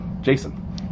Jason